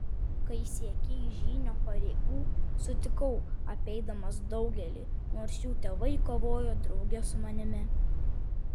kai siekei žynio pareigų sutikau apeidamas daugelį nors jų tėvai kovojo drauge su manimi